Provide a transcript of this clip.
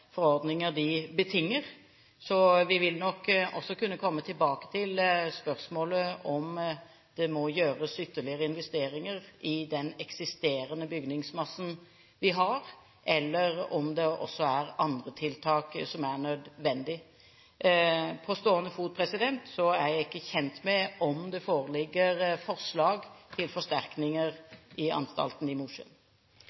forordninger de betinger. Vi vil nok kunne komme tilbake til spørsmålet om det må gjøres ytterligere investeringer i den eksisterende bygningsmassen vi har, eller om det også er andre tiltak som er nødvendig. På stående fot er jeg ikke kjent med om det foreligger forslag til forsterkninger